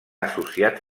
associat